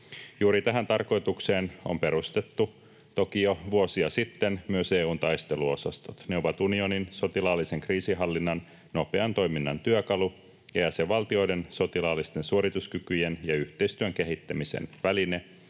Juuri tähän tarkoitukseen on perustettu toki jo vuosia sitten myös EU:n taisteluosastot. Ne ovat unionin sotilaallisen kriisinhallinnan nopean toiminnan työkalu ja jäsenvaltioiden sotilaallisten suorituskykyjen ja yhteistyön kehittämisen väline,